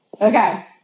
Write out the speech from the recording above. Okay